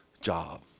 job